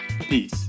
Peace